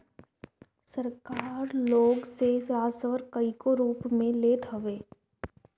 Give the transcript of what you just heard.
सरकार लोग से राजस्व कईगो रूप में लेत हवे